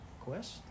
quest